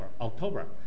October